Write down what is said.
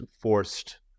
forced